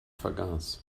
vergaß